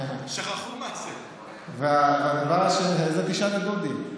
את זה תשאל את דודי.